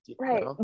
Right